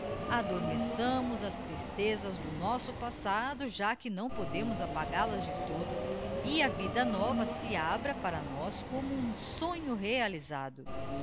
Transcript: situação adormeçamos as tristezas do nosso passado já que não podemos apagal as de todo e a vida nova se abra para nós como um sonho realisado